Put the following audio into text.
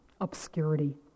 obscurity